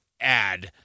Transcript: add